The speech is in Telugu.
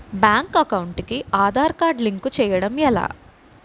బ్యాంక్ అకౌంట్ కి ఆధార్ కార్డ్ లింక్ చేయడం ఎలా?